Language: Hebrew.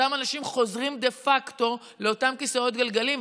אותם אנשים חוזרים דה פקטו לאותם כיסאות גלגלים,